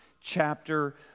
chapter